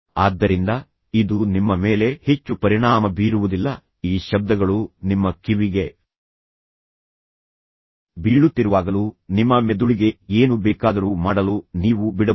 ಆದ್ದರಿಂದ ಇದು ನಿಮ್ಮ ಮೇಲೆ ಹೆಚ್ಚು ಪರಿಣಾಮ ಬೀರುವುದಿಲ್ಲ ಈ ಶಬ್ದಗಳು ನಿಮ್ಮ ಕಿವಿಗೆ ಬೀಳುತ್ತಿರುವಾಗಲೂ ನಿಮ್ಮ ಮೆದುಳಿಗೆ ಏನು ಬೇಕಾದರೂ ಮಾಡಲು ನೀವು ಬಿಡಬಹುದು